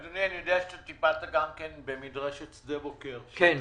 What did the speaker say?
אדוני, אני יודע שטיפלת גם במדרשת שדה-בוקר, שהיא